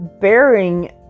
bearing